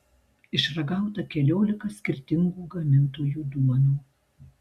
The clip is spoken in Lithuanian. išragauta keliolika skirtingų gamintojų duonų